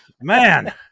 man